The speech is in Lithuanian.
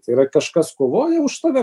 tai yra kažkas kovoja už tave